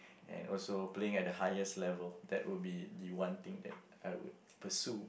and also playing at the highest level that would be the one thing that I would pursue